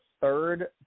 third